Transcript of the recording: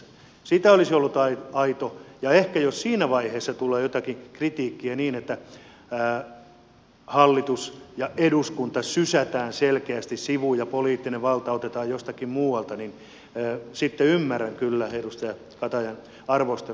jos siitä olisi aidosti ehkä jo siinä vaiheessa tullut jotakin kritiikkiä niin että hallitus ja eduskunta sysätään selkeästi sivuun ja poliittinen valta otetaan jostakin muualta niin sitten ymmärtäisin kyllä edustaja katajan arvostelun